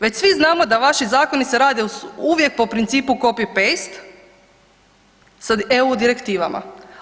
Već svi znamo da vaši zakoni se rade uvijek po principu copy paste sa EU direktivama.